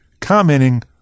commenting